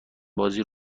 بازی